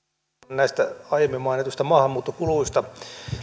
näistä aiemmin mainituista maahanmuuttokuluista